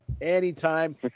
anytime